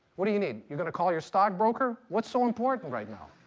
what do you need? you're going to call your stockbroker? what's so important right now?